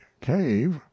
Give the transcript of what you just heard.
cave